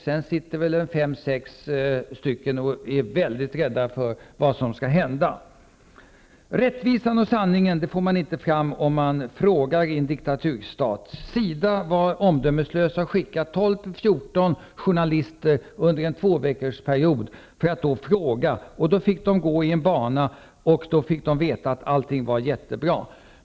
De övriga sex är väl mycket rädda för vad som skall hända med dem. Rättvisan och sanningen får man inte fram om man ställer frågor i en diktaturstat. SIDA var omdömeslöst nog att skicka 12--14 journalister under en tvåveckorsperiod för att ställa frågor. De fick gå efter en uppgjord rutt och fick höra att allting var jättebra.